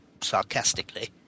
sarcastically